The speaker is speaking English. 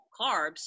carbs